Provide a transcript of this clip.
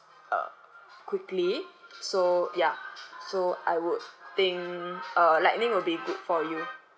uh quickly so ya so I would think uh lightning will be good for you